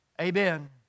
Amen